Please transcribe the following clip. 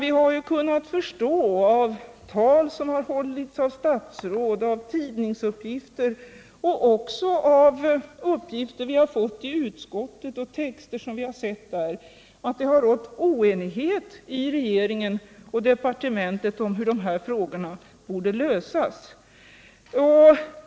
Vi har kunnat förstå av tal som har hållits av olika statsråd, av tidningsuppgilter och också av uppgifter vi har fått i utskottet och texter som vi har sett där, att det har rått oenighet i regering och departement om hur de här frågorna borde lösas.